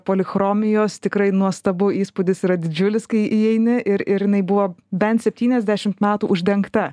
polichromijos tikrai nuostabu įspūdis yra didžiulis kai įeini ir ir jinai buvo bent septyniasdešimt metų uždengta